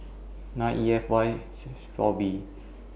nine E F Y six four B